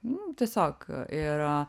nu tiesiog ir